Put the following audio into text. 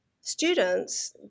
students